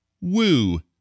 woo